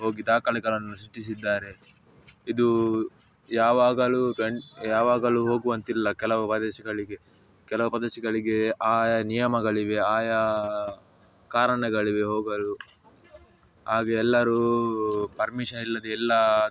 ಹೋಗಿ ದಾಖಲೆಗಳನ್ನು ಸೃಷ್ಟಿಸಿದ್ದಾರೆ ಇದು ಯಾವಾಗಲೂ ಯಾವಾಗಲೂ ಹೋಗುವಂತಿಲ್ಲ ಕೆಲವು ಪ್ರದೇಶಗಳಿಗೆ ಕೆಲವು ಪ್ರದೇಶಗಳಿಗೆ ಆಯಾ ನಿಯಮಗಳಿವೆ ಆಯಾ ಕಾರಣಗಳಿವೆ ಹೋಗಲು ಆಗ ಎಲ್ಲರೂ ಪರ್ಮಿಷನ್ ಇಲ್ಲದೆ ಎಲ್ಲಾ